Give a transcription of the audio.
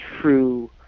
true